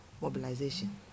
mobilization